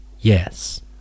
yes